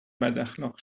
بداخلاق